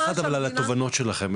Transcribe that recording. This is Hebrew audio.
שהמדינה --- מילה אחת על התובנות שלכם,